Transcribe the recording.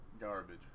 garbage